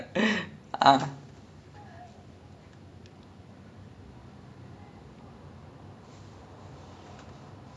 ya you like we we watched err alaipaayuthae we watched err iruvar we watched um kaathalan like the ones with vijay movie also